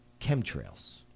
Chemtrails